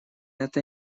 это